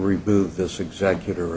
remove this executor